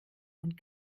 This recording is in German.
und